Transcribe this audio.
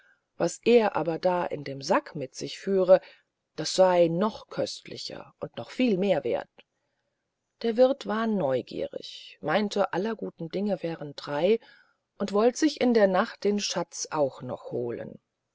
was er aber da in dem sack mit sich führe das sey noch köstlicher und noch viel mehr werth der wirth war neugierig meinte aller guten dinge wären drei und wollt sich in der nacht den schatz auch noch holen